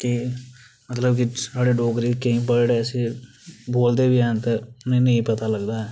ते मतलब की साढ़े डोगरे केईं बर्ड ऐसे न के बोलदे बी हैन ते नेईं पता लगदा ऐ